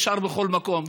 אפשר בכל מקום,